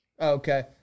Okay